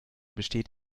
besteht